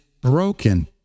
broken